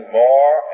more